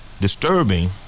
disturbing